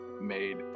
made